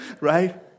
right